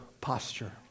posture